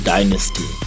Dynasty